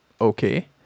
Okay